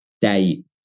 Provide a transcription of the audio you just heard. date